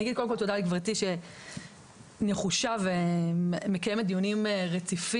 אני אגיד קודם כול תודה לגברתי שנחושה ומקיימת דיונים רציפים,